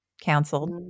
canceled